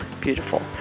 Beautiful